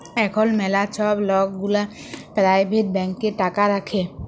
এখল ম্যালা ছব লক গুলা পারাইভেট ব্যাংকে টাকা রাখে